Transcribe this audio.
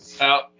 out